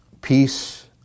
Peace